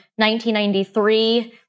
1993